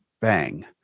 Bang